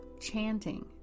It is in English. chanting